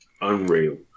Unreal